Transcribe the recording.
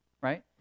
right